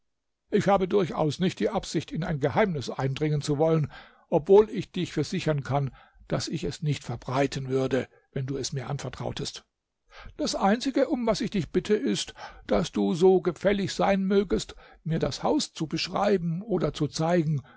ich habe durchaus nicht die absicht in ein geheimnis eindringen zu wollen obwohl ich dich versichern kann daß ich es nicht verbreiten würde wenn du mir es anvertrautest das einzige um was ich dich bitte ist daß du so gefällig sein mögest mir das haus zu beschreiben oder zu zeigen